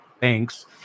thanks